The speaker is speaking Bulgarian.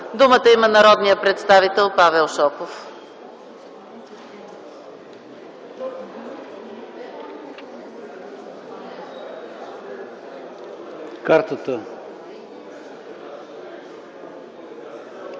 Думата има народният представител Павел Шопов